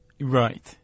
Right